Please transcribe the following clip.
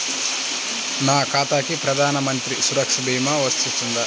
నా ఖాతాకి ప్రధాన మంత్రి సురక్ష భీమా వర్తిస్తుందా?